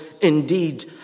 indeed